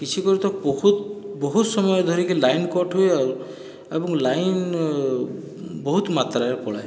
କିଛି ବେଳେ ତ ବହୁତ ବହୁତ ସମୟ ଧରିକି ଲାଇନ କଟ ହୁଏ ଆଉ ଏବଂ ଲାଇନ ବହୁତ ମାତ୍ରରେ ପଳାଏ